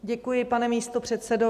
Děkuji, pane místopředsedo.